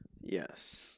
Yes